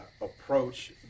approach